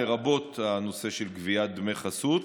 לרבות הנושא של גביית דמי חסות,